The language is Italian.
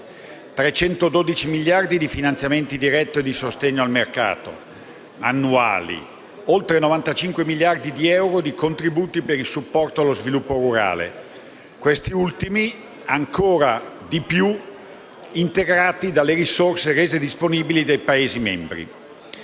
312 miliardi di finanziamenti annuali diretti di sostegno al mercato e oltre 95 miliardi di euro di contributi per il supporto allo sviluppo rurale, questi ultimi integrati ancora di più dalle risorse rese disponibili dai Paesi membri.